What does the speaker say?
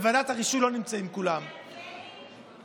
בוועדת הרישוי לא נמצאים כולם, מלכיאלי.